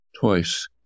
twice